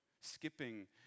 skipping